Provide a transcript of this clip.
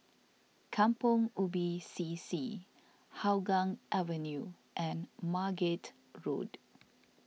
Kampong Ubi C C Hougang Avenue and Margate Road